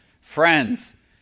Friends